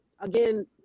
again